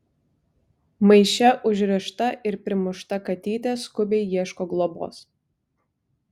maiše užrišta ir primušta katytė skubiai ieško globos